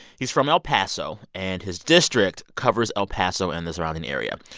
he's from el paso, and his district covers el paso and the surrounding area.